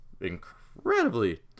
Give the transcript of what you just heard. incredibly